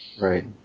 Right